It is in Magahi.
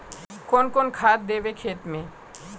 कौन कौन खाद देवे खेत में?